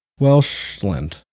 Welshland